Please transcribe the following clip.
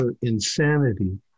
insanity